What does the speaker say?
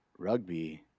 rugby